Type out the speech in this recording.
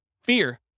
Fear